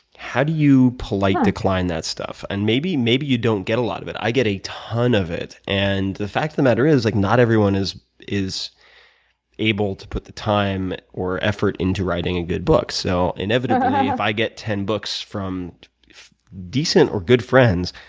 how do you politely decline that stuff? and maybe, you don't get a lot of it. i get a ton of it. and the fact of the matter is, like not everyone is is able to put the time or effort into writing a good book. so, inevitably, if i get ten books from decent or good friends,